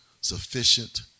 sufficient